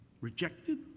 Rejected